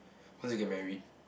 first you get married